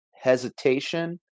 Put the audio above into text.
hesitation